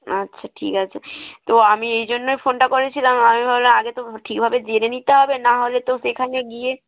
আচ্ছা ঠিক আছে তো আমি এই জন্যই ফোনটা করেছিলাম আমি ভাবলাম আগে তো ঠিক ভাবে জেনে নিতে হবে নাহলে তো সেখানে গিয়ে